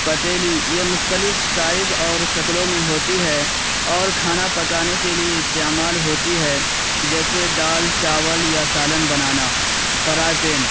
پتیلی یہ مختلف سائز اور شکلوں میں ہوتی ہے اور کھانا پکانے کے لیے استعمال ہوتی ہے جیسے دال چاول یا سالن بنانا فرائی پین